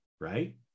right